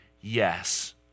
yes